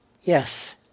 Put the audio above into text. yes